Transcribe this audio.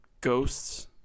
ghosts